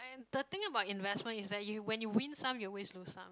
and the thing about investment is that you when you win some you always lose some